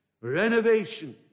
renovation